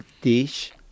dish